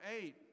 eight